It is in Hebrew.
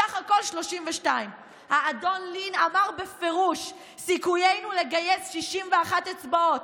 ובסך הכול 32. האדון לין אמר בפירוש: "סיכויינו לגייס 61 אצבעות